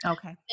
Okay